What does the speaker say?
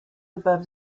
above